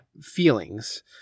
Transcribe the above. feelings